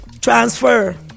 transfer